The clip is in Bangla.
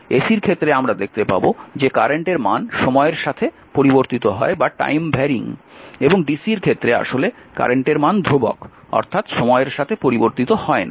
ac এর ক্ষেত্রে আমরা দেখতে পাব যে কারেন্ট এর মান সময়ের সাথে পরিবর্তিত হয় এবং dc এর ক্ষেত্রে আসলে কারেন্ট এর মান ধ্রুবক অর্থাৎ সময়ের সাথে পরিবর্তিত হয় না